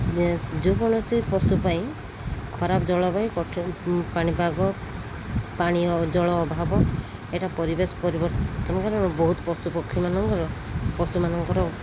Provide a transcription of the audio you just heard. ଯେକୌଣସି ପଶୁ ପାଇଁ ଖରାପ ଜଳବାୟୁ ପାଣିପାଗ ପାନୀୟ ଜଳ ଅଭାବ ଏଇଟା ପରିବେଶ ପରିବର୍ତ୍ତନ କାରଣ ବହୁତ ପଶୁ ପକ୍ଷୀମାନଙ୍କର ପଶୁମାନଙ୍କର